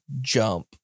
jump